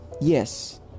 yes